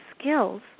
skills